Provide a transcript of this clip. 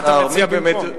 מה אתה מציע באמת?